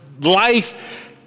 life